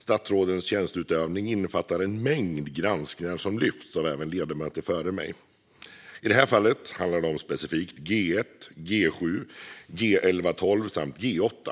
Statsrådens tjänsteutövning omfattar en mängd granskningar som även lyfts av ledamöter före mig. I det här fallet handlar det om specifikt G1, G7, G11-12 samt G8.